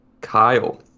Kyle